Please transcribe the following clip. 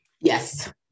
Yes